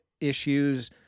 issues